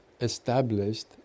established